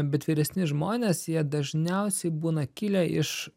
bet vyresni žmonės jie dažniausiai būna kilę iš